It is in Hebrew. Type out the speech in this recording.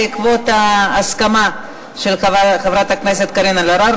בעקבות ההסכמה של חברת הכנסת קארין אלהרר,